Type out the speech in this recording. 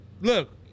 look